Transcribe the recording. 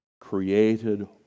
created